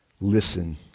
Listen